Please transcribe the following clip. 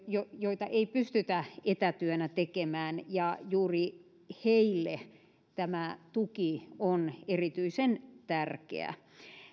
joita ei pystytä etätyönä tekemään ja juuri heille tämä tuki on erityisen tärkeä